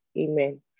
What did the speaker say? Amen